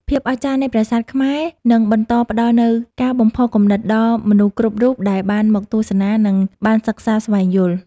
ភាពអស្ចារ្យនៃប្រាសាទខ្មែរនឹងបន្តផ្តល់នូវការបំផុសគំនិតដល់មនុស្សគ្រប់រូបដែលបានមកទស្សនា និង បានសិក្សាស្វែងយល់។